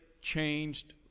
changed